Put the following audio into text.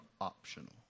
optional